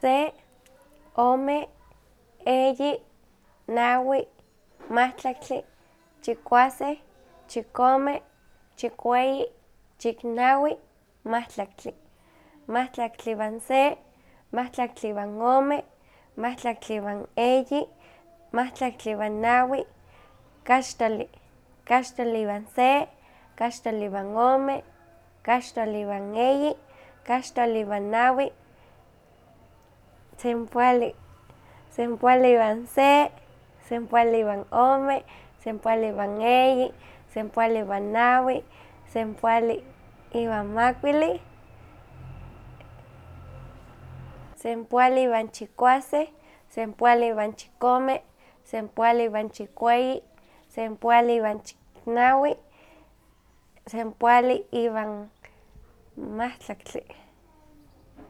Se, ome, eyi, nawi, mahtlaktli, chikuasen, chikome, chikueyi, chiknawi, mahtlaktli, mahtlaktli iwan se, mahtlaktli iwan ome, mahtlaktli iwan eyi, mahtlaktli iwan nawi, kaxtoli, kaxtoli iwan se, kaxtoli iwan ome, kaxtoli iwan eyi, kaxtoli iwan nawi, sempoalli, sempoalli iwan se, sempoalli iwan ome, sempoalli iwan eyi, sempoalli iwan nawi, sempoalli iwan makuilli, sempoalli iwan chikuaseh, sempoalli iwan chikome, sempoalli iwan chikueyi, sempoalli iwan chiknawi, sempoalli iwan mahtlaktli.